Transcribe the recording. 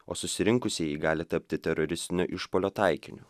o susirinkusieji gali tapti teroristinio išpuolio taikiniu